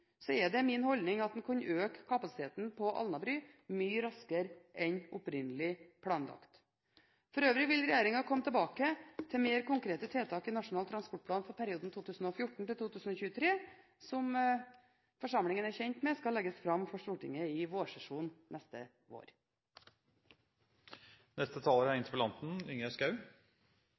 er det min holdning at man kunne øke kapasiteten på Alnabru mye raskere enn opprinnelig planlagt. For øvrig vil regjeringen komme tilbake til mer konkrete tiltak i Nasjonal transportplan for perioden 2014–2023, som forsamlingen er kjent med skal legges fram for Stortinget i vårsesjonen neste år. Jeg takker for svaret fra statsråden. Jeg er